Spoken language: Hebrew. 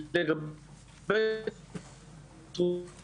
לגבי בדיקת